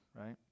right